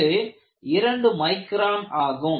இது இரண்டு மைக்ரான் ஆகும்